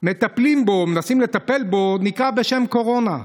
מטפלים בו, מנסים לטפל בו, נקרא בשם "קורונה",